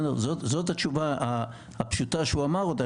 זאת התשובה הפשוטה שהוא אמר אותה,